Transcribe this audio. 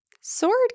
Sword